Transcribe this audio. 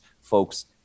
folks